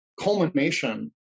culmination